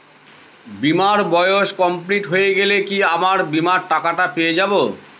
বীমার বয়স কমপ্লিট হয়ে গেলে কি আমার বীমার টাকা টা পেয়ে যাবো?